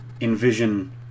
envision